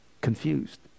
confused